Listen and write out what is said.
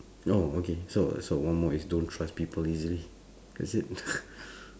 no okay so so one more is don't trust people easily is it